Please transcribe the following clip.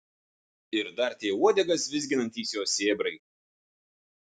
ir dar tie uodegas vizginantys jo sėbrai